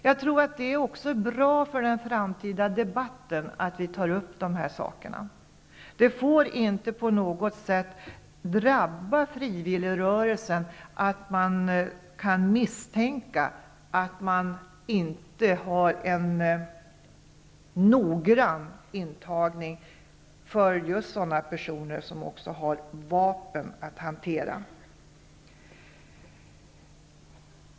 Jag tror att det är bra för den framtida debatten att vi tar upp dessa saker. Misstankar om att det inte sker en noggrann intagning av personer som skall hantera vapen får inte drabba frivilligorganisationerna.